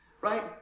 right